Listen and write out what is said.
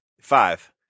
Five